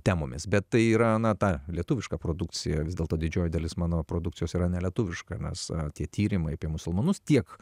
temomis bet tai yra na ta lietuviška produkcija vis dėlto didžioji dalis mano produkcijos yra nelietuviška nes tie tyrimui apie musulmonus tiek